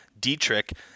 Dietrich